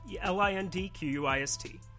L-I-N-D-Q-U-I-S-T